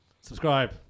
Subscribe